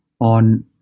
on